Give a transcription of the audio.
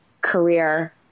career